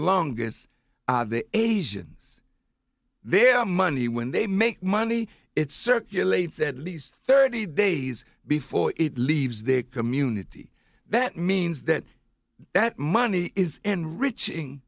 longest the asians their money when they make money it circulates at least thirty days before it leaves their community that means that that money is enriching